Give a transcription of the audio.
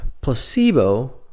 Placebo